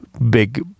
big